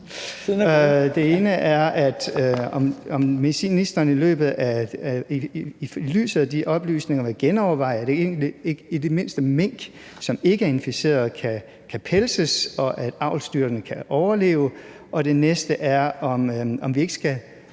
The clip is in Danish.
Det ene er, om ministeren i lyset af de oplysninger vil genoverveje, om ikke i det mindste mink, som ikke er inficeret, kan pelses, og at avlsdyrene kan overleve. Det andet er, hvad